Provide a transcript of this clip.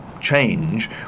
change